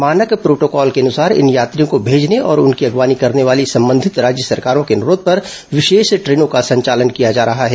मानक प्रोटोकॉल के अनुसार इन यात्रियों को भेजने और उनकी अगवानी करने वाली संबंधित राज्य सरकारों के अनुरोध पर विशेष द्रेनों का संचालन किया जा रहा है